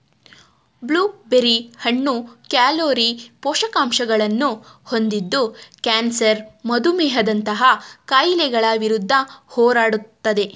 blue berry ಹಣ್ಣು calorie, ಪೋಷಕಾಂಶಗಳನ್ನು ಹೊಂದಿದ್ದು ಕ್ಯಾನ್ಸರ್ ಮಧುಮೇಹದಂತಹ ಕಾಯಿಲೆಗಳ ವಿರುದ್ಧ ಹೋರಾಡುತ್ತದೆ